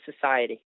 society